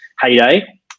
heyday